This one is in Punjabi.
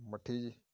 ਮੱਠੀ ਜੀ